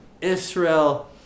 Israel